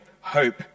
hope